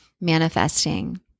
manifesting